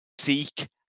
Seek